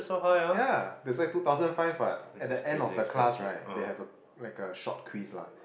yeah that's why two thousand five what at the end of the class right they have a like a short quiz lah